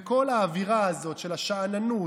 וכל האווירה הזאת של השאננות,